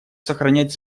сохранять